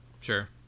sure